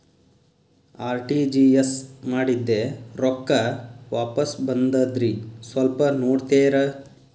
RTGS ಮಾಡಿದ್ದೆ ರೊಕ್ಕ ವಾಪಸ್ ಬಂದದ್ರಿ ಸ್ವಲ್ಪ ನೋಡ್ತೇರ?